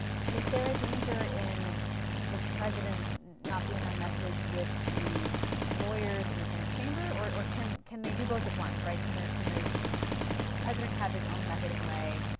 is there a danger in the president not being on message with the lawyers and the senate chamber, or or can can they do both at once? can can the president have his own method and way,